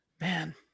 man